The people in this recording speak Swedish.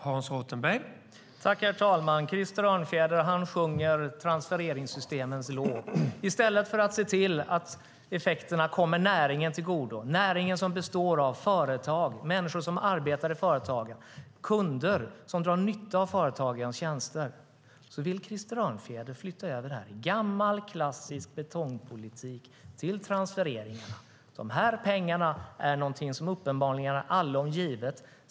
Herr talman! Krister Örnfjäder sjunger transfereringssystemens lov i stället för att se till att effekterna kommer näringen till godo. Näringen består av företag och människor som arbetar i företagen och av kunder som drar nytta av företagens tjänster. Krister Örnfjäder vill enligt gammal klassisk betongpolitik flytta över detta till transfereringarna. Dessa pengar är någonting som uppenbarligen är allom givet.